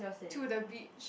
to the beach